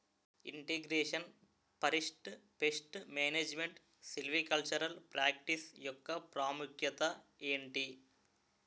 integration forest pest management silvicultural practice యెక్క ప్రాముఖ్యత ఏంటి